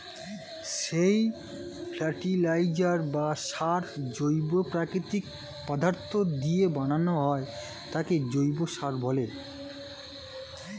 যেই ফার্টিলাইজার বা সার জৈব প্রাকৃতিক পদার্থ দিয়ে বানানো হয় তাকে জৈব সার বলে